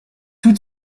two